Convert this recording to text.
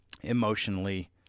emotionally